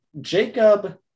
Jacob